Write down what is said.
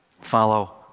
Follow